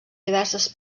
diverses